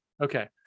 Okay